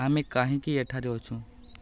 ଆମେ କାହିଁକି ଏଠାରେ ଅଛୁ